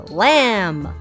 lamb 。